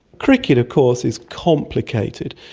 cricket of course is complicated,